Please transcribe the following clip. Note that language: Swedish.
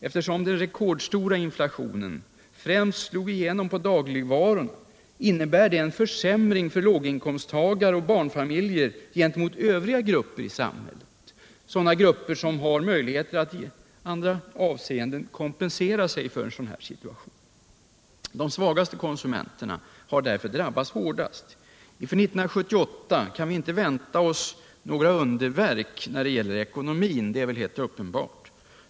Eftersom den rekordstora inflationen främst slog igenom på dagligvarorna innebär det en försämring för låginkomsttagare och barnfamiljer gentemot övriga grupper i samhället, grupper som har möjlighet att i andra avseenden kompensera sig för en sådan här situation. De svagaste konsumenterna har därför drabbats hårdast. Inför 1978 kan vi inte vänta oss några underverk när det gäller ekonomin. Det är väl helt uppenbart.